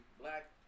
black